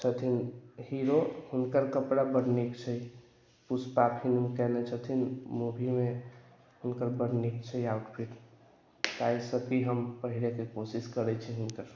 छथिन हीरो हुनकर कपड़ा बड्ड नीक छै पुष्पा फिल्म कयने छथिन मूवीमे हुनकर बड्ड नीक छै आउटफिट एहि से ही हम पहिनेके कोशिश करैत छियै